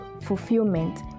fulfillment